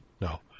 No